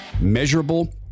measurable